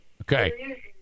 Okay